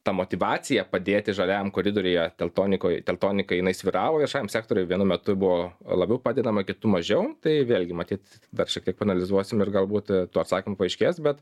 ta motyvacija padėti žaliajam koridoriuje teltonikoj teltonikai jinai svyravo viešajam sektoriui vienu metu buvo labiau padedama kitu mažiau tai vėlgi matyt dar šiek tiek paanalizuosim ir galbūt tų atsakymų paaiškės bet